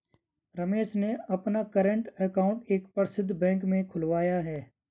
रमेश ने अपना current account एक प्रसिद्ध बैंक में खुलवाया है